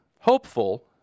hopeful